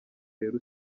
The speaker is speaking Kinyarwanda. rero